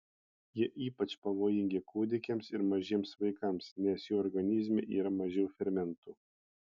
jie ypač pavojingi kūdikiams ir mažiems vaikams nes jų organizme yra mažiau fermentų